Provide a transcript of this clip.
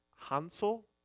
Hansel